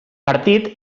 partit